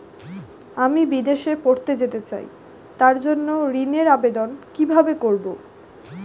আমি বিদেশে পড়তে যেতে চাই তার জন্য ঋণের আবেদন কিভাবে করব?